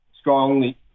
strongly